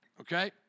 okay